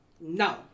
No